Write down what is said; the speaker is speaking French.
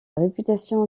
réputation